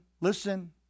listen